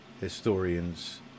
historians